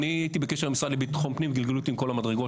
אני הייתי בקשר עם המשרד לביטחון פנים וגלגלו אותי מכל המדרגות.